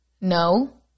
No